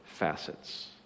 facets